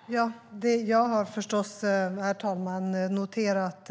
Herr talman! Jag har förstås noterat